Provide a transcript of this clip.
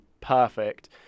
perfect